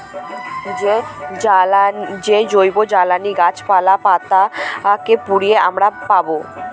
যে জৈবজ্বালানী গাছপালা, পাতা কে পুড়িয়ে আমরা পাবো